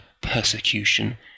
persecution